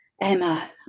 Emma